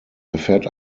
erfährt